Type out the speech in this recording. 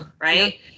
right